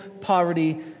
poverty